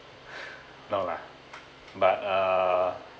no lah but err